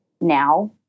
now